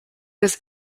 was